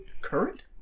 current